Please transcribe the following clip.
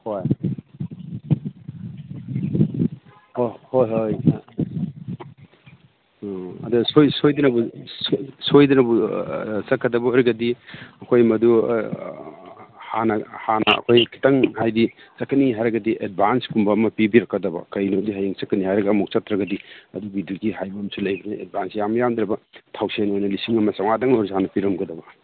ꯍꯣꯏ ꯑꯣ ꯍꯣꯏ ꯍꯣꯏ ꯎꯝ ꯑꯗꯨ ꯁꯣꯏꯗꯅꯕꯨ ꯆꯠꯀꯗꯕ ꯑꯣꯏꯔꯒꯗꯤ ꯑꯩꯈꯣꯏ ꯃꯗꯨ ꯍꯥꯟꯅ ꯍꯥꯟꯅ ꯑꯩꯈꯣꯏ ꯈꯤꯇꯪ ꯍꯥꯏꯗꯤ ꯆꯠꯀꯅꯤ ꯍꯥꯏꯔꯒꯗꯤ ꯑꯦꯗꯚꯥꯟꯁꯀꯨꯝꯕ ꯑꯃ ꯄꯤꯕꯤꯔꯛꯀꯗꯕ ꯀꯩꯒꯤꯅꯣꯗꯤ ꯍꯌꯦꯡ ꯆꯠꯀꯅꯤ ꯍꯥꯏꯔꯒ ꯑꯃꯨꯛ ꯆꯠꯇ꯭ꯔꯒꯗꯤ ꯑꯗꯨꯒꯤꯗꯨꯒꯤ ꯍꯥꯏꯕ ꯑꯃꯁꯨ ꯂꯩꯕꯅꯤ ꯑꯦꯗꯚꯥꯟꯁ ꯌꯥꯝ ꯌꯥꯝꯗꯕ ꯊꯥꯎꯁꯦꯟ ꯑꯣꯏꯅ ꯂꯤꯁꯤꯡ ꯑꯃ ꯆꯃꯉꯥꯗꯪ ꯑꯣꯏꯔꯁꯨ ꯍꯥꯟꯅ ꯄꯤꯔꯝꯒꯗꯧꯕ